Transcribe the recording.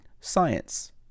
science